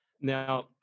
Now